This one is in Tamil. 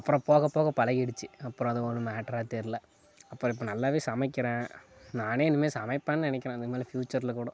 அப்புறம் போக போக பழகிடுச்சு அப்புறம் அது ஒரு மேட்டரா தெரியல அப்புறம் இப்போ நல்லா சமைக்கிறேன் நானே இனிமேல் சமைப்பேன்னு நெனைக்குறேன் இனிமேல் ஃபியூச்சரில் கூட